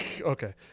okay